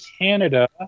Canada